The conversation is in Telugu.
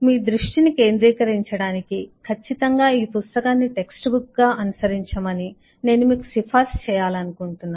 మీ దృష్టిని కేంద్రీకరించడానికి ఖచ్చితంగా ఈ పుస్తకాన్ని టెక్స్ట్ బుక్ గా అనుసరించమని నేను మీకు సిఫార్సు చేయాలనుకుంటున్నాను